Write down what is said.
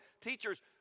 teachers